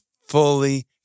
fully